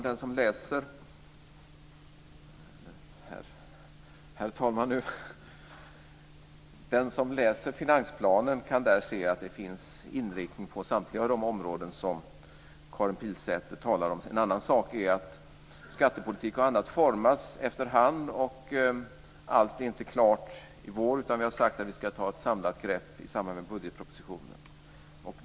Herr talman! Den som läser finansplanen kan där se att det finns inriktning på samtliga områden som Karin Pilsäter talar om. En annan sak är att skattepolitik och annat formas efterhand. Allt är inte klart i vår, utan vi har sagt att vi ska ta ett samlat grepp i samband med budgetpropositionen.